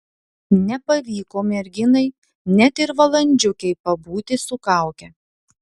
nepavyko merginai net ir valandžiukei pabūti su kauke